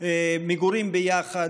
מגורים ביחד,